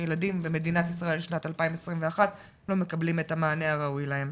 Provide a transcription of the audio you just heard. שילדים במדינת ישראל שנת 2021 לא מקבלים את המענה הראוי להם.